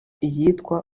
iyitwa